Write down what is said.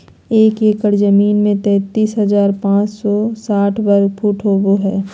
एक एकड़ जमीन में तैंतालीस हजार पांच सौ साठ वर्ग फुट होबो हइ